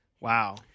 Wow